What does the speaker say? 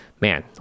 man